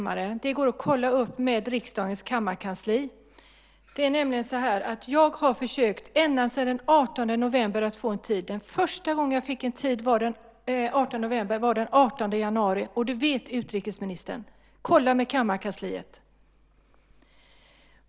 Herr talman! Utrikesministern står och ljuger i riksdagens kammare! Det går att kolla med riksdagens kammarkansli. Jag har försökt ända sedan den 18 november att få en tid. Den första tid jag fick var den 18 januari. Det vet utrikesministern. Kolla med kammarkansliet.